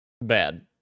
Bad